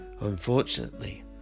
Unfortunately